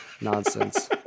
nonsense